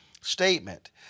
statement